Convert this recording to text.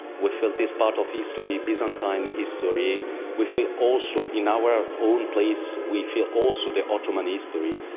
we feel this part of history byzantine history. we feel also in our own place we feel also the ottoman history.